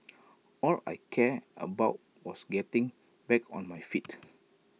all I cared about was getting back on my feet